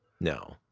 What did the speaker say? no